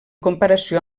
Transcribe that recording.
comparació